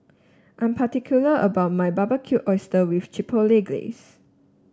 I'm particular about my Barbecued Oysters with Chipotle Glaze